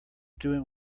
doing